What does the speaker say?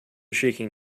shaking